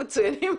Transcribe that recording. מצוינים,